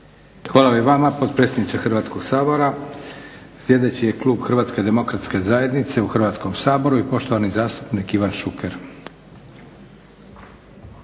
Hvala i vama potpredsjedniče Hrvatskoga sabora. Slijedeći je Klub Hrvatske demokratske zajednice u Hrvatskome saboru i poštovani zastupnik Ivan Šuker.